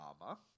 armor